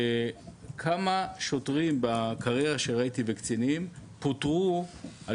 כמה שוטרים בקריירה שראיתי בקצינים פוטרו על